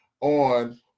on